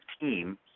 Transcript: team